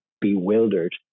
bewildered